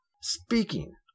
Speaking